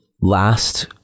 last